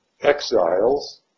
exiles